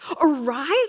Arise